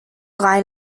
line